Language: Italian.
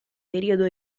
periodo